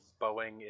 Boeing